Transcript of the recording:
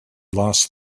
lost